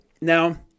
Now